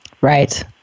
Right